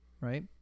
right